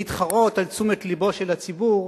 להתחרות על תשומת לבו של הציבור,